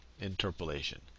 Interpolation